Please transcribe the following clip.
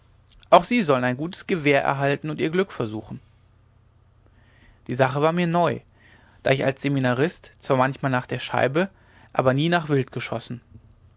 auch sie sollen ein gutes gewehr erhalten und ihr glück versuchen die sache war mir neu da ich als seminarist zwar manchmal nach der scheibe aber nie nach wild geschossen